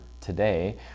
today